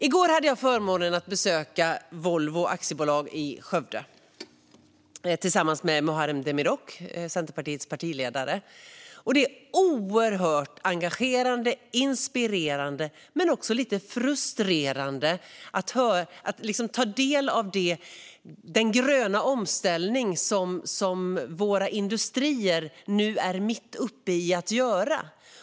I går hade jag förmånen att besöka Volvo AB i Skövde tillsammans med Muharrem Demirok, Centerpartiets partiledare. Det är oerhört engagerande och inspirerande men också lite frustrerande att ta del av den gröna omställning som våra industrier nu är mitt uppe i.